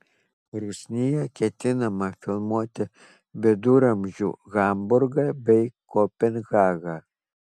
rusnėje ketinama filmuoti viduramžių hamburgą bei kopenhagą